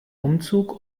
umzug